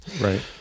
Right